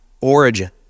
origin